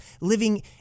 living